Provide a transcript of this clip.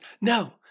No